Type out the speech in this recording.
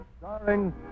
starring